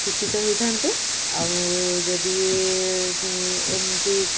ଶିକ୍ଷିତ ହୋଇଥାନ୍ତେ ଆଉ ଯଦି ଏମିତି